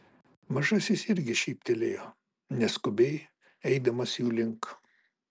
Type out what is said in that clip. mažasis irgi šyptelėjo neskubiai eidamas jų link